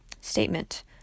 statement